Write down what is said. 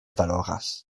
valoras